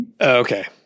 Okay